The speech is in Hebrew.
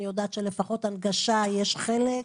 אני יודעת שלפחות הנגשה יש חלק.